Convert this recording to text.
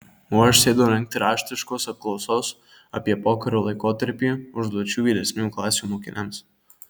o aš sėdau rengti raštiškos apklausos apie pokario laikotarpį užduočių vyresniųjų klasių mokiniams